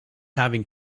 having